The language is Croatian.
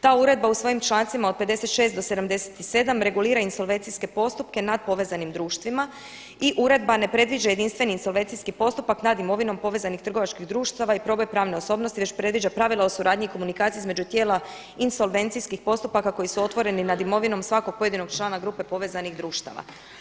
Ta uredba u svojim člancima od 56 do 77 regulira insolvencijske postupke nad povezanim društvima i uredba ne predviđa jedinstveni insolvencijski postupak nad imovinom povezanih trgovačkih društava i … pravne osobnosti već predviđa pravila o suradnji i komunikaciji između tijela insolvencijskih postupaka koji su otvoreni nad imovinom svakog pojedinog člana grupe povezanih društava.